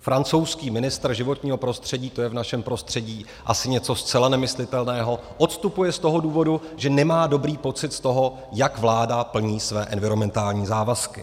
Francouzský ministr životního prostředí, to je v našem prostředí asi něco zcela nemyslitelného, odstupuje z toho důvodu, že nemá dobrý pocit z toho, jak vláda plní své environmentální závazky.